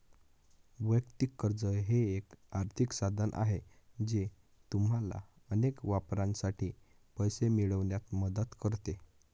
वैयक्तिक कर्ज हे एक आर्थिक साधन आहे जे तुम्हाला अनेक वापरांसाठी पैसे मिळवण्यात मदत करते